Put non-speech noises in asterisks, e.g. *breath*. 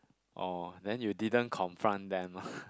oh then you didn't confront them ah *breath*